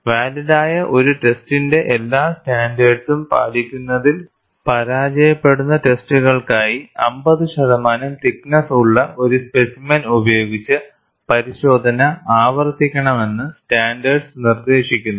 വാലിഡായ ഒരു ടെസ്റ്റിന്റെ എല്ലാ സ്റ്റാൻഡേർഡ്സും പാലിക്കുന്നതിൽ പരാജയപ്പെടുന്ന ടെസ്റ്റുകൾക്കായി 50 ശതമാനം തിക്നെസ്സ് ഉള്ള ഒരു സ്പെസിമെൻ ഉപയോഗിച്ച് പരിശോധന ആവർത്തിക്കണമെന്ന് സ്റ്റാൻഡേർഡ് നിർദ്ദേശിക്കുന്നു